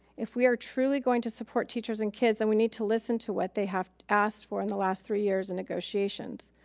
if we are true going to support teachers and kids, then we need to listen to what they have asked for in the last three years of and negotiations.